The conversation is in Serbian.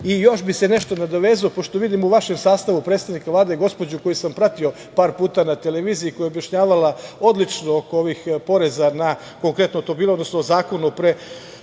bih se nadovezao pošto vidim u vašem sastavu predsednika Vlade gospođu koju sam pratio par puta na televiziji, koja je objašnjavala odlično oko ovih poreza, konkretno je to bilo, odnosno o Zakonu o